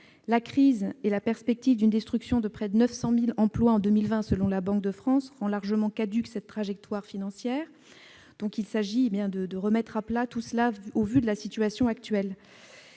La crise et la perspective de la destruction de près de 900 000 emplois en 2020, selon la Banque de France, rend largement caduque cette trajectoire financière. Il s'agit de tout remettre à plat, au vu de la situation actuelle.